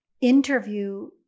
interview